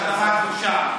היסטורית,